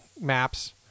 Maps